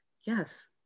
Yes